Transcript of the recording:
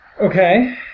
Okay